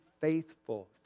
faithful